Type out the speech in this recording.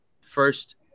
first